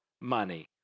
money